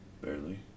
barely